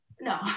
no